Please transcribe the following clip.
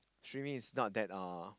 streaming is not that uh